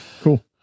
Cool